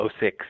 06